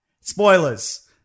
Spoilers